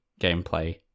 gameplay